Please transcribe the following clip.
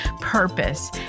purpose